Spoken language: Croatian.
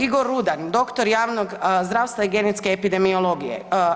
Igor Rudan, doktor javnog zdravstva i genetske epidemiologije.